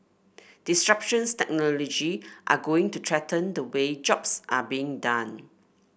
disruptions technology are going to threaten the way jobs are being done